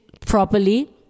properly